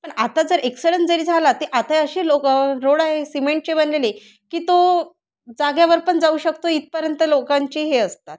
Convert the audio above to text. पण आता जर एक्सिडंट जरी झाला तर आता अशी लोकं रोड आहे सिमेंटची बनलेली की तो जाग्यावर पण जाऊ शकतो इथपर्यंत लोकांची हे असतात